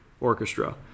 Orchestra